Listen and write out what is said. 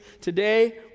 Today